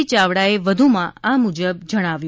યાવડાએ વધુમાં આ મુજબ જણાવ્યું